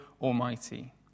Almighty